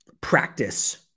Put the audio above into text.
practice